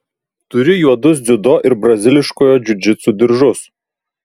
turi juodus dziudo ir braziliškojo džiudžitsu diržus